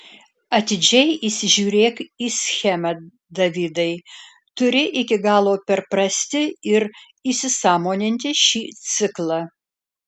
atidžiai įsižiūrėk į schemą davidai turi iki galo perprasti ir įsisąmoninti šį ciklą